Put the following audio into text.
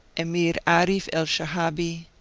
emir aarif el-shehahi,